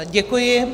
Děkuji.